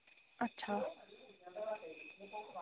अच्छा